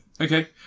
Okay